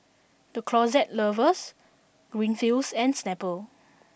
The Closet Lovers Greenfields and Snapple